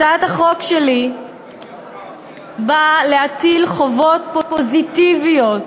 הצעת החוק שלי באה להטיל חובות פוזיטיביות,